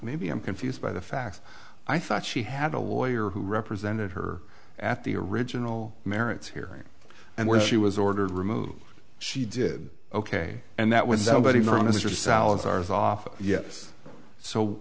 maybe i'm confused by the fact i thought she had a lawyer who represented her at the original merits hearing and when she was ordered removed she did ok and that was somebody from mr salazar's office yes so